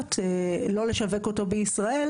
סמכויות לא לשווק אותו בישראל,